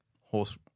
Horse